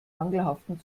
mangelhaften